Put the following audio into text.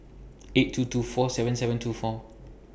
eight two two four seven seven two four